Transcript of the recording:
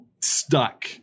stuck